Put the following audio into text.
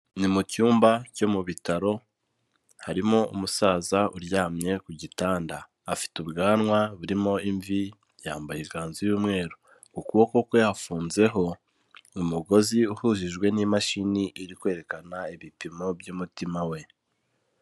Ni mu cyumba cyo mu bitaro harimo umusaza uryamye ku gitanda. Afite ubwanwa burimo imvi yambaye ikanzu y'umweru, ku kuboko kwe hafunzeho umugozi uhurijwe n'imashini iri kwerekana ibipimo by'umutima we.